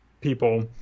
people